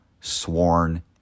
sworn